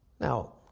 Now